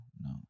no